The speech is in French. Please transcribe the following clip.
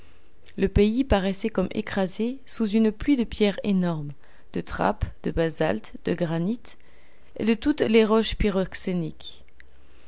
le pays paraissait comme écrasé sous une pluie de pierres énormes de trapp de basalte de granit et de toutes les roches